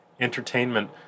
Entertainment